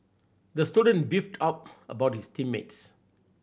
the student beefed out about his team mates